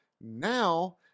now